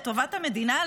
לטובת המדינה,